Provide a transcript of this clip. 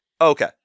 okay